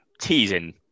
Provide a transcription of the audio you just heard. teasing